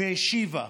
והשיבה.